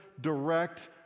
direct